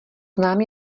znám